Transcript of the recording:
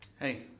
Hey